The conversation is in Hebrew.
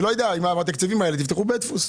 עם התקציבים האלה תפתחו בית דפוס.